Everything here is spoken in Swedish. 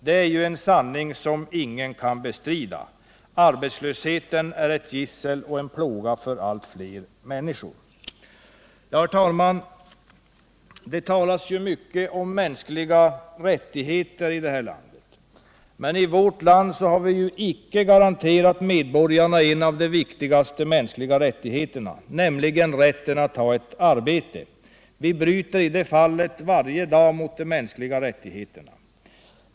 Det är en sanning som ingen kan bestrida. Arbetslösheten är ett gissel och en plåga för allt fler människor. Herr talman! Det talas mycket om mänskliga rättigheter i det här landet. Men i vårt land har vi icke garanterat medborgarna en av de viktigaste mänskliga rättigheterna, nämligen rätten att ha ett arbete. Vi bryter i det fallet varje dag mot lagen om de mänskliga rättigheterna.